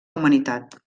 humanitat